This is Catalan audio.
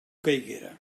caiguera